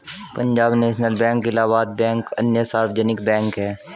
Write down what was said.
Punjab national bank Allahabad bank अन्य सार्वजनिक bank है